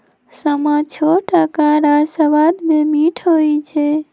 समा छोट अकार आऽ सबाद में मीठ होइ छइ